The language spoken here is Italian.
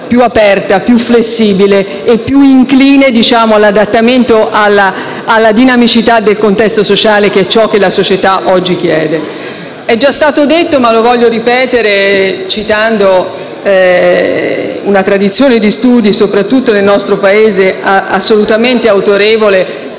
più aperta, più flessibile e più incline all'adattamento alla dinamicità del contesto sociale, che è ciò che la società oggi chiede. È già stato detto, ma lo voglio ripetere, citando una tradizione di studi, soprattutto nel nostro Paese, assolutamente autorevole, che